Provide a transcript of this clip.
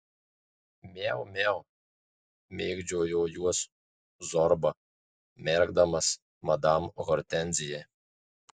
miau miau mėgdžiojo juos zorba merkdamas madam hortenzijai